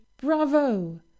bravo